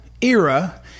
era